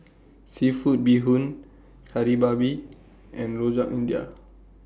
Seafood Bee Hoon Kari Babi and Rojak India